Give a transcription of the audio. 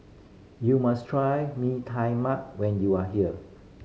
you must try Mee Tai Mak when you are here